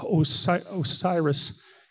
Osiris